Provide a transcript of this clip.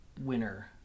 winner